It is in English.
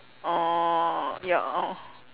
orh ya orh